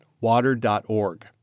Water.org